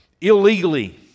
illegally